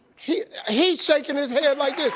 he he shaking his head like this.